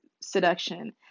seduction